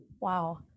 Wow